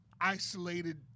isolated